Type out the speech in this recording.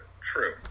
True